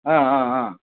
ஆ ஆ ஆ